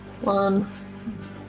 One